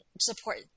support –